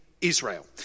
Israel